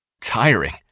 tiring